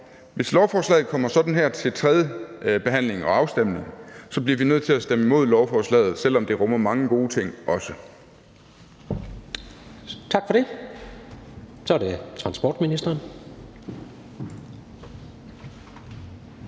hvis lovforslaget kommer sådan her til tredjebehandling og afstemning – bliver vi nødt til at stemme imod lovforslaget, selv om det rummer mange gode ting også.